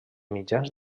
mitjans